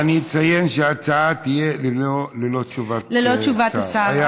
אני רק אציין שההצעה תהיה ללא תשובת שר.